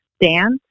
dance